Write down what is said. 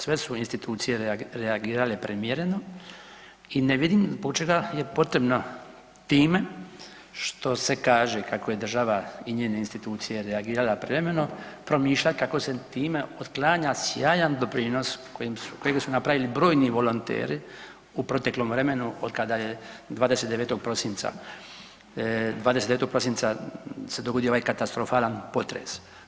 Sve su institucije reagirale primjereno i ne vidim zbog čega je potrebno time što se kaže kako je država i njene institucije reagirala privremeno promišlja kako se time otklanja sjajan doprinos kojega su napravili brojni volonteri u proteklom vremenu od kada je 29. prosinca, 29. prosinca se dogodio ovaj katastrofalan potres.